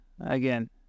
again